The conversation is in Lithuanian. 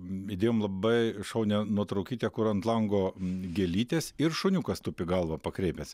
įdėjom labai šaunią nuotraukytę kur ant lango gėlytės ir šuniukas tupi galvą pakreipęs